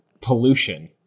pollution